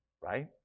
right